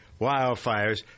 wildfires